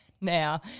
now